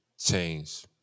change